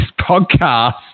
podcast